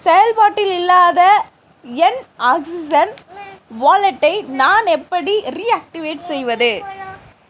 செயல்பாட்டில் இல்லாத என் ஆக்ஸிஜன் வாலெட்டை நான் எப்படி ரீஆக்டிவேட் செய்வது